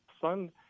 son